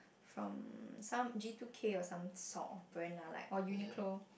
from some G two kay or some sort of brand lah like or Uniqlo